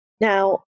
now